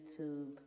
YouTube